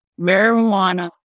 marijuana